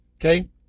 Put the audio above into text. Okay